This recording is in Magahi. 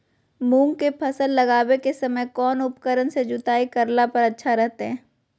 मूंग के फसल लगावे के समय कौन उपकरण से जुताई करला पर अच्छा रहतय?